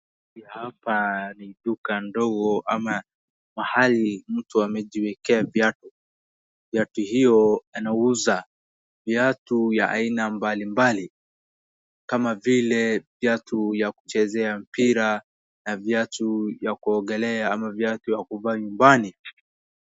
Hapa ni duka ndogo ama mahali mtu amejiwekea viatu. Viatu hiyo anauza, viatu ya aina mbalimbali kama vile viatu ya kuchezea mpira na viatu ya kuogolea ama viatu ya kuvaa nyumbani.